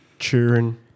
Cheering